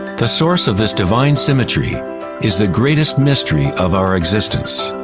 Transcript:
the source of this divine symmetry is the greatest mystery of our existence.